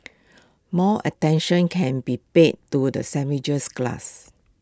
more attention can be paid to the sandwiched class